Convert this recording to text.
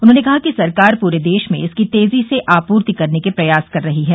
उन्होंने कहा कि सरकार पूरे देश में इसकी तेजी से आपूर्ति करने के प्रयास कर रही है